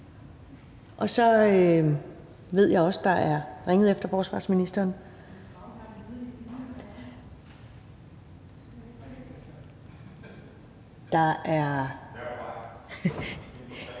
Jeg ved, at der er ringet efter forsvarsministeren. Jeg hører,